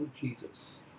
Jesus